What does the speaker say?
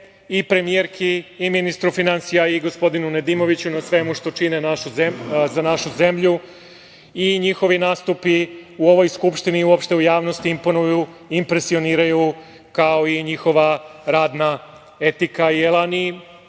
i premijerki i ministru finansija i gospodinu Nedimoviću na svemu što čine za našu zemlju i njihovi nastup u ovoj Skupštini i uopšte u javnosti imponuju, impresioniraju, kao i njihova radna etika i elan,